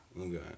Okay